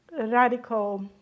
radical